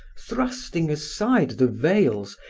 thrusting aside the veils,